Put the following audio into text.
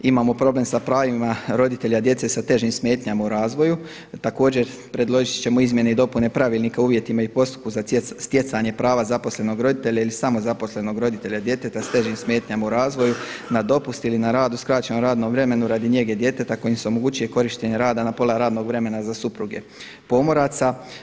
Imamo problem sa pravima roditelja djece sa težim smetnjama u razvoju, također predložiti ćemo izmjene i dopune pravilnika u uvjetima i postupku za stjecanje prava zaposlenog roditelja ili samozaposlenog roditelja djeteta sa težim smetnjama u razvoju na dopust ili na rad u skraćenom radnom vremenu radi njege djeteta kojim se omogućuje rada na pola radnog vremena za supruge pomoraca.